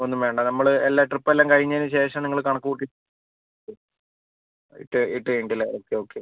ഒന്നും വേണ്ട നമ്മൾ എല്ലാ ട്രിപ്പ് എല്ലാം കഴിഞ്ഞതിന് ശേഷം നിങ്ങൾ കണക്ക് കൂട്ടി ഇട്ട് ഇട്ട് കഴിഞ്ഞിട്ടല്ലേ ഓക്കെ ഓക്കെ